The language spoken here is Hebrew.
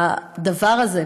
הדבר הזה,